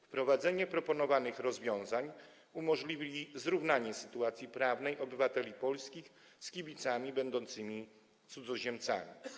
Wprowadzenie proponowanych rozwiązań umożliwi zrównanie sytuacji prawnej obywateli polskich z kibicami będącymi cudzoziemcami.